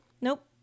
Nope